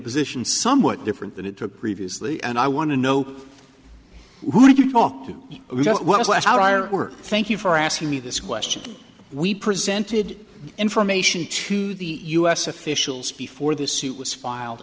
position somewhat different than it took previously and i want to know who did you talk to you were thank you for asking me this question we presented information to the u s officials before the suit was filed